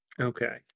Okay